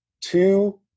two